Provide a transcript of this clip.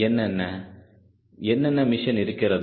என்ன என்ன மிஷன் இருக்கிறது